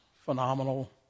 phenomenal